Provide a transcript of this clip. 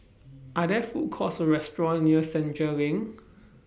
Are There Food Courts Or restaurants near Senja LINK